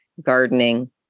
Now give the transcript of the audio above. gardening